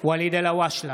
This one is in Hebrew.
ואליד אלהואשלה,